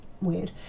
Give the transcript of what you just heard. weird